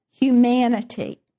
humanity